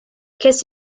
ces